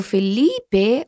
Felipe